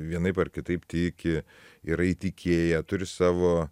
vienaip ar kitaip tiki yra įtikėję turi savo